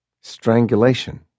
Strangulation